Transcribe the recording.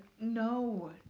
no